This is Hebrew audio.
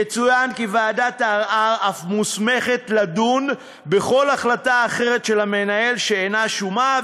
יצוין כי ועדת הערר אף מוסמכת לדון בכל החלטה אחרת של המנהל שאינה שומה,